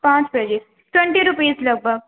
پانچ pages twenty rupees لگ بھگ